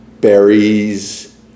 berries